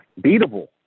beatable